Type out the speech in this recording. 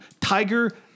Tiger